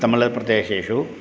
तमिळप्रदेशेषु